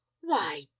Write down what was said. Why